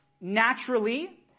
naturally